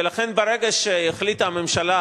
ולכן ברגע שהחליטה הממשלה,